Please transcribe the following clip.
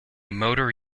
motor